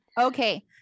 Okay